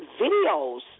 videos